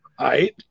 Right